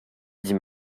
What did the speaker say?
dit